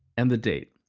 and the date.